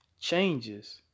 changes